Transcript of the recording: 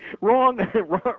Wrong